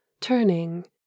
turning